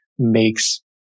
makes